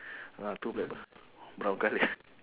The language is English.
ah two black bird brown colour